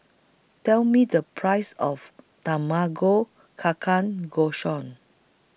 Tell Me The Price of Tamago Ka Can Go